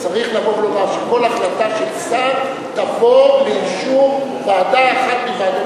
צריך לבוא ולומר שכל החלטה של שר תבוא לאישור ועדה אחת מוועדות